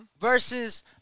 versus